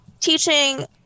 teaching